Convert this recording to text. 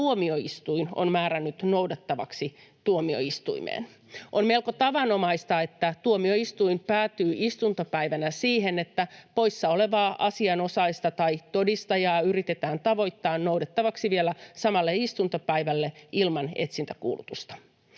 tuomioistuin on määrännyt noudettavaksi tuomioistuimeen. On melko tavanomaista, että tuomioistuin päätyy istuntopäivänä siihen, että poissa olevaa asianosaista tai todistajaa yritetään tavoittaa noudettavaksi vielä samalle istuntopäivälle ilman etsintäkuulutusta.